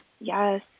Yes